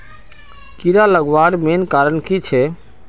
कीड़ा लगवार मेन कारण की छे?